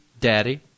Daddy